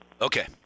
Okay